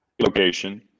location